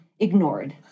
Ignored